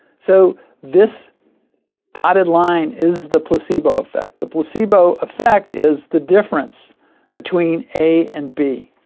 so this dotted line is the placebo effect. the placebo effect is the difference between a and b.